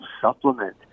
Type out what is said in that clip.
supplement